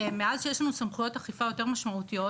מאז שיש לנו סמכויות אכיפה יותר משמעותיות,